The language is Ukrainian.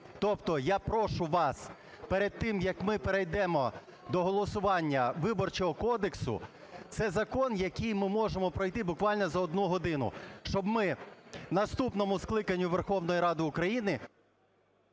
Тобто я прошу вас перед тим, як ми перейдемо до голосування Виборчого кодексу, це закон, який ми можемо пройти буквально за 1 годину, щоб ми наступному скликанню Верховної Ради України…